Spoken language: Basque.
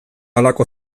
halako